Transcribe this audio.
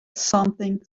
something